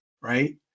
right